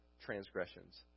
transgressions